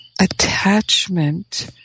attachment